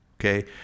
okay